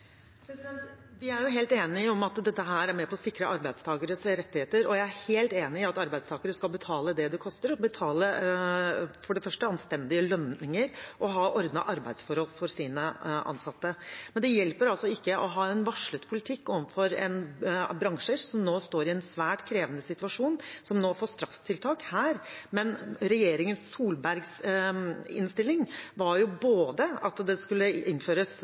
Vi er jo helt enige om at dette er med på å sikre arbeidstakeres rettigheter, og jeg er helt enig i at arbeidsgivere skal betale det det koster, og betale – for det første – anstendige lønninger og ha ordnede arbeidsforhold for sine ansatte. Men det hjelper ikke å ha en varslet politikk overfor bransjer som nå står i en svært krevende situasjon – som nå får strakstiltak. Regjeringen Solbergs innstilling var både at det skulle innføres